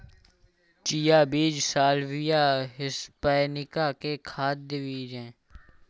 chia बीज Salvia hispanica के खाद्य बीज हैं